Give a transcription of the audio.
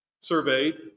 surveyed